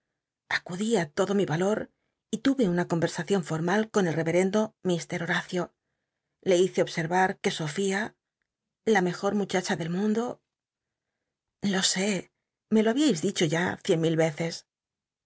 ü lodo mi alar y tu c una con'ersacion formal con uc el rc ccndo jr lloracio le hice obscrra c sofía la mcjo muchacha del mundo lo sé me lo babias dicho ya cien mil ecc